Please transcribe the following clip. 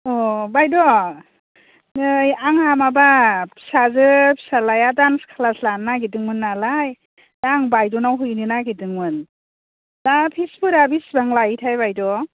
अ बायद' नै आंहा माबा फिसाजो फिसाज्लाया दान्स क्लास लानो नागिरदोंमोन नालाय दा आं बायद'नाव हैनो नागेरदोंमोन दा फिस फोरा बेसेबां लायोथाय बायद'